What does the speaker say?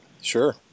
Sure